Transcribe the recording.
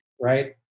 right